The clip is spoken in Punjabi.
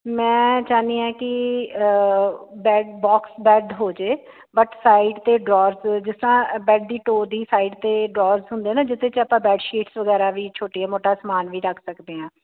ਮੈਂ ਚਾਹੁੰਦੀ ਆ ਕਿ ਬੈਡ ਬਾਕਸ ਬੈਡ ਹੋ ਜੇ ਬਟ ਸਾਈਡ ਅਤੇ ਡਰੋਅਸ ਜਿਸ ਤਰਾਂ ਬੈਡ ਦੀ ਟੋਡੀ ਸਾਈਡ 'ਤੇ ਡਰੋਜ ਹੁੰਦੇ ਨਾ ਜਿੱਥੇ ਆਪਾਂ ਬੈਡ ਸ਼ੀਟਸ ਵਗੈਰਾ ਵੀ ਛੋਟੀ ਮੋਟਾ ਸਮਾਨ ਵੀ ਰੱਖ ਸਕਦੇ ਹਾਂ